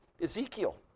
Ezekiel